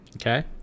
Okay